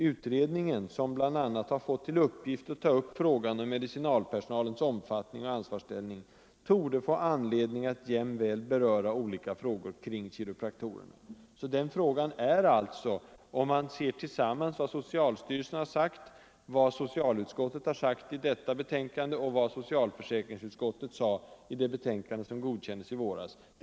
Utredningen, som bl.a. har fått till uppgift att ta upp frågan om medicinalpersonalens omfattning och ansvarsställning, torde få anledning att jämväl beröra olika frågor kring kiropraktorerna.” Frågan är alltså redan föremål för utredning, eller kommer att bli det, vilket framgår av vad socialstyrelsen har sagt, vad socialutskottet har sagt i det betänkande vi nu behandlar och vad socialförsäkringsutskottet sade i det betänkande som godkändes i våras.